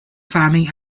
farming